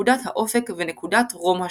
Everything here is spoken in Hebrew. נקודת האופק ונקודת רום השמיים.